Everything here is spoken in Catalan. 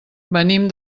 venim